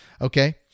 okay